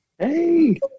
Hey